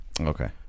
okay